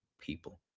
people